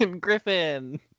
Griffin